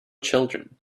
children